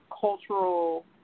cultural